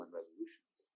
resolutions